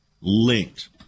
linked